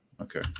Okay